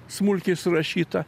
smulkiai surašyta